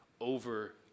over